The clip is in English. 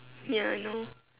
ya you know